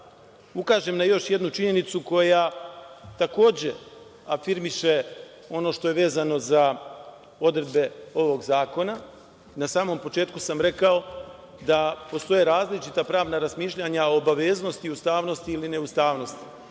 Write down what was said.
ukažem na još jednu činjenicu koja takođe afirmiše ono što je vezano za odredbe ovog zakona. Na samom početku sam rekao da postoje različita pravna razmišljanja o obaveznosti ustavnosti ili neustavnosti.